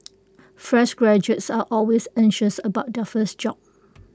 fresh graduates are always anxious about their first job